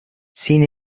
sin